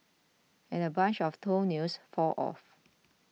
and a bunch of toenails fall off